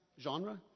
Genre